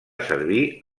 servir